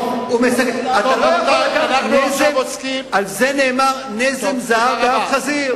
על זה נאמר: נזם זהב באף חזיר.